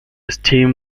steam